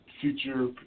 future